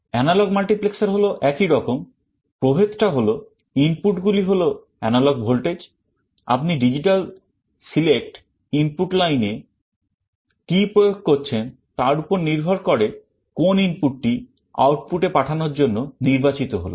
Analog multiplexer হল একই রকম প্রভেদ টা হলো ইনপুটগুলি হল এনালগ ভোল্টেজ আপনি digital select input line এ কি প্রয়োগ করছেন তার উপর নির্ভর করে কোন ইনপুটটি আউটপুট এ পাঠানোর জন্য নির্বাচিত হল